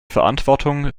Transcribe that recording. verantwortung